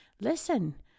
listen